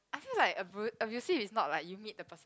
I feel like abru~ abusive it's not like you meet the person